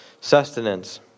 sustenance